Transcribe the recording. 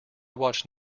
watch